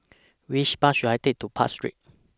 Which Bus should I Take to Park Street